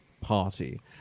Party